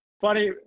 Funny